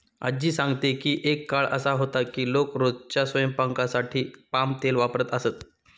आज्जी सांगते की एक काळ असा होता की लोक रोजच्या स्वयंपाकासाठी पाम तेल वापरत असत